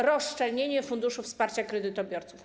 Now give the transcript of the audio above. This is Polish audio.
Rozszczelnienie Funduszu Wsparcia Kredytobiorców.